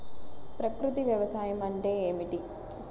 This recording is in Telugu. ప్రకృతి వ్యవసాయం అంటే ఏమిటి?